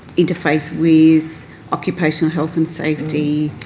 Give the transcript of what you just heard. interface with occupational health and safety,